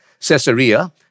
Caesarea